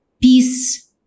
Peace